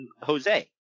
Jose